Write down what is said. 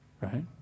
Right